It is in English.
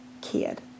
kid